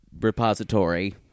repository